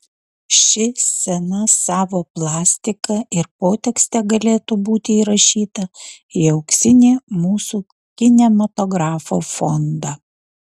ši scena savo plastika ir potekste galėtų būti įrašyta į auksinį mūsų kinematografo fondą